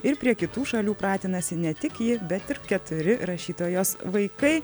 ir prie kitų šalių pratinasi ne tik ji bet ir keturi rašytojos vaikai